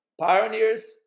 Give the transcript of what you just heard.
Pioneers